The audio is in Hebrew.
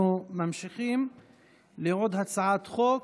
אנחנו ממשיכים לעוד הצעת חוק,